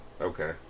okay